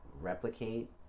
replicate